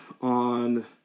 on